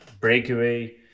breakaway